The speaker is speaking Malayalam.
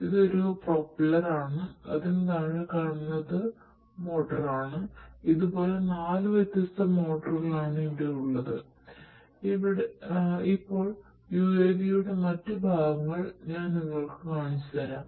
ഇപ്പോൾ UAV യുടെ മറ്റ് ഭാഗങ്ങൾ ഞാൻ നിങ്ങൾക്ക് കാണിച്ചുതരാം